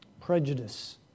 Prejudice